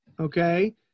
okay